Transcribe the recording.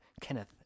Kenneth